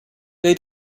they